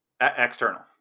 External